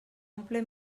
omple